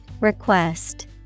Request